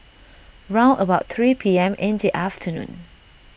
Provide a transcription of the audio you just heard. round about three P M in the afternoon